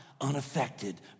unaffected